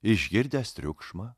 išgirdęs triukšmą